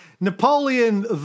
Napoleon